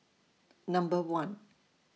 Number one